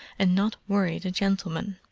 and not worry the gentleman.